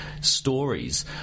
stories